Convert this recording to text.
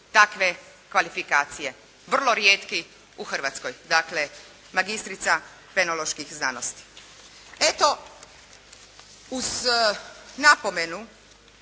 takve kvalifikacije, vrlo rijetki u Hrvatskoj, dakle magistrica penoloških znanosti. Eto uz napomenu